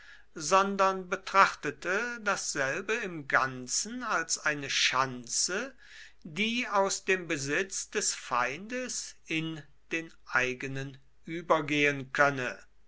sondern betrachtete dasselbe im ganzen als eine schanze die aus dem besitz des feindes in den eigenen übergehen könne